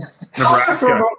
Nebraska